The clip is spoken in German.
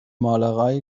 malerei